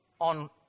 on